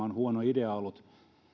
on huono idea ollut